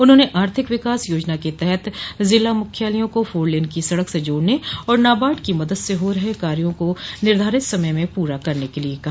उन्होंने आर्थिक विकास योजना के तहत जिला मुख्यालयों को फोर लेन की सड़क से जोड़ने और नाबार्ड की मदद से हो रहे कार्यो को निर्धारित समय में पूरा करने के लिए कहा